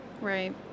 right